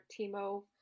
Timo